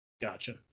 Gotcha